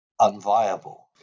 unviable